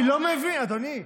אני לא מבין, אדוני.